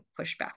pushback